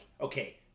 okay